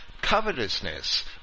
covetousness